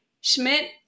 Schmidt